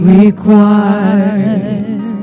required